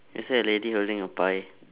is that lady holding a pie